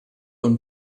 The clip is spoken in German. und